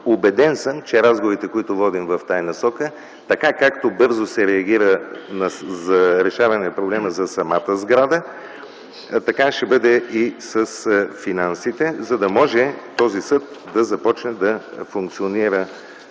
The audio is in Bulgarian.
Убеден съм, че след разговорите, които водим в тази насока, така както бързо се реагира за решаване проблема за самата сграда, така ще бъде решен и проблемът с финансите, за да може този съд да започне да функционира